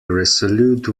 resolute